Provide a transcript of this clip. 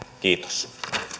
kiitos